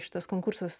šitas konkursas